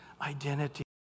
identity